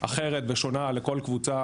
אחרת ושונה לכל קבוצה